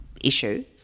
issue